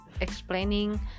explaining